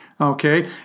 okay